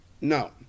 No